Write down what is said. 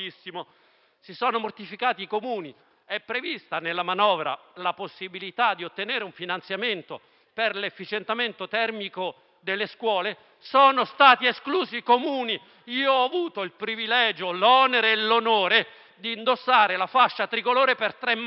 Si sono mortificati i Comuni. Nella manovra è prevista la possibilità di ottenere un finanziamento per l'efficientamento termico delle scuole, escludendo però i Comuni. Ho avuto il privilegio, l'onere e l'onore di indossare la fascia tricolore per tre mandati